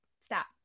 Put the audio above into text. stop